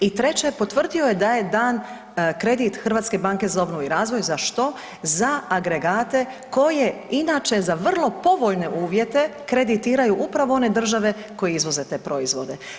I treće potvrdio je da je dan kredit Hrvatske banke za obnovu i razvoj, za što, za agregate koje inače za vrlo povoljne uvjete kreditiraju upravo one države koje izvoze te proizvode.